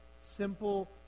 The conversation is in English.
simple